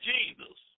Jesus